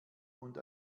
und